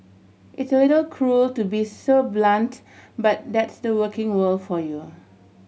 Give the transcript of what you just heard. it's a little cruel to be so blunt but that's the working world for you